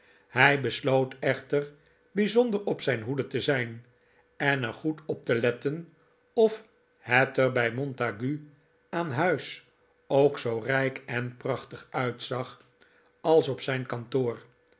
hij besloot echter bijzonder op zijn hoede te zijn en er goed op te letten of het er bij montague aan huis ook zoo rijk en prachtig uitzag als op zijn kantoor